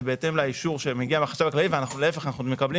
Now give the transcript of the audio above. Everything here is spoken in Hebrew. זה בהתאם לאישור שמגיע מהחשב הכללי ואנחנו עוד מקבלים